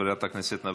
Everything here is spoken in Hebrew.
חברי הכנסת,